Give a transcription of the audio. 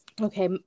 Okay